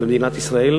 במדינת ישראל,